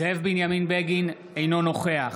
זאב בנימין בגין, אינו נוכח